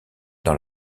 dans